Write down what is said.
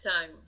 time